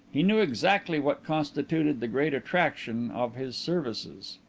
he knew exactly what constituted the great attraction of his services.